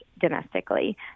domestically